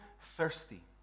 thirsty